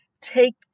Take